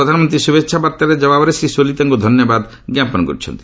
ପ୍ରଧାନମନ୍ତ୍ରୀ ଶୁଭେଚ୍ଛା ବାର୍ତ୍ତାର ଜବାବରେ ଶ୍ରୀ ସୋଲି ତାଙ୍କୁ ଧନ୍ୟବାଦ ଜ୍ଞାପନ କରିଛନ୍ତି